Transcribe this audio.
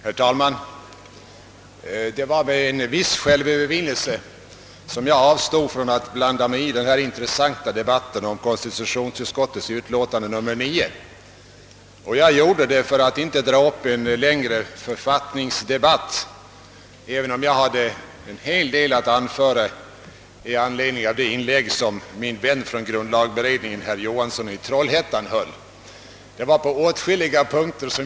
Herr talman! Det var med en viss självövervinnelse jag avstod från att blanda mig i den intressanta debatten om konstitutionsutskottets utlåtande nr 9. Jag gjorde det för att inte dra upp en längre författningsdebatt, trots att jag hade velat anföra en hel del i anledning av det inlägg som min vän från grundlagberedningen herr Johansson i Trollhättan gjorde.